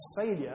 failure